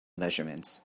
measurements